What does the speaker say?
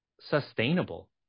sustainable